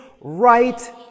right